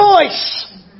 choice